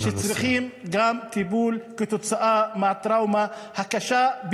-- שצריכים טיפול כתוצאה מהטראומה הקשה,